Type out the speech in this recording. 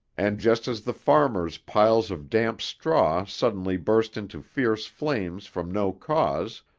and just as the farmers' piles of damp straw suddenly burst into fierce flames from no cause,